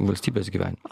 valstybės gyvenimą